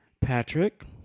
Patrick